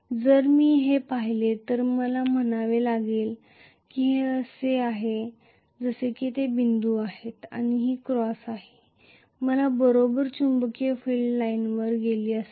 जर मी हे पाहिले तर मला म्हणावे लागेल की हे असे आहे जसे की ते बिंदू आहे आणि ही क्रॉस आहे मला बरोबर चुंबकीय फील्ड लाइन वर गेली असेल